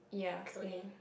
ya same